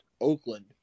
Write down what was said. Oakland